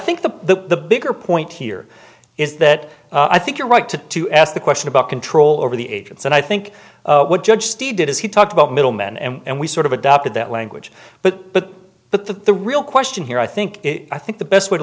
think the bigger point here is that i think you're right to to ask the question about control over the agents and i think what judge steve did is he talked about middle men and we sort of adopted that language but but but the the real question here i think i think the best way to